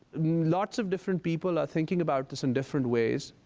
lots of different people are thinking about this in different ways.